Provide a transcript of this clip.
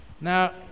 Now